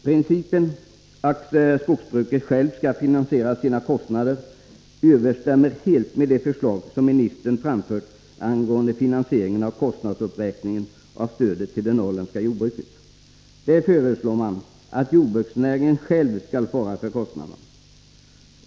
Principen att skogsbruket självt skall finansiera sina kostnader överensstämmer helt med de förslag som ministern framfört angående finansieringen av kostnadsuppräkningen av stödet till det norrländska skogsbruket. I fråga om detta föreslår man att jordbruksnäringen själv skall svara för kostnaderna.